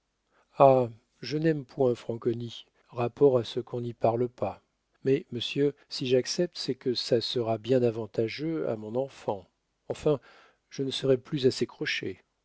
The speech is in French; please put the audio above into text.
je n'aime point franconi rapport à ce qu'on n'y parle pas mais monsieur si j'accepte c'est que ça sera bien avantageux à mon enfant enfin je ne serai plus à ses crochets